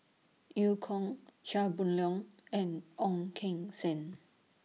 EU Kong Chia Boon Leong and Ong Keng Sen